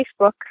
Facebook